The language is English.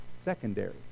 secondary